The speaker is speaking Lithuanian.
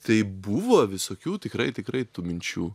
tai buvo visokių tikrai tikrai tų minčių